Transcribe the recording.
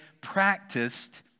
practiced